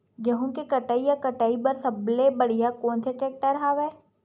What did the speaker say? गेहूं के कटाई या कटाई बर सब्बो ले बढ़िया टेक्टर कोन सा हवय?